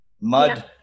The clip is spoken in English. mud